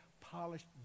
polished